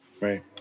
Right